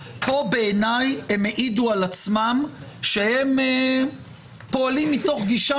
פה בעיני הם העידו על עצמם שהם פועלים מתוך גישה